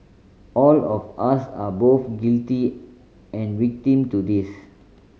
all of us are both guilty and victim to this